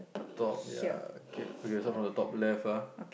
top ya okay okay so from the top left ah